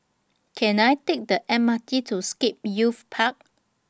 Can I Take The M R T to Scape Youth Park